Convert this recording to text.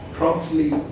promptly